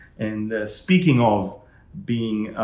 and speaking of being